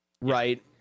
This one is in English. right